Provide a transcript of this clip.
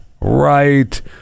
Right